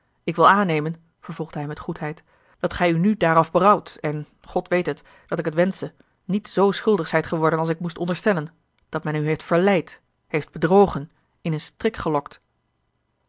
ik wil aannemen vervolgde hij met goedheid dat gij u nu daaraf berouwt en god weet dat ik het wensche niet zoo schuldig zijt geworden als ik moest onderstellen dat men u heeft verleid heeft bedrogen in een strik gelokt